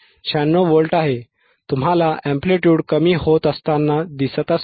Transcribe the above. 96 volt आहे तुम्हाला amplitude कमी होत अस्ताना दिसत असेल